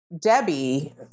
Debbie